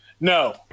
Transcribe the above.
No